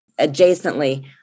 adjacently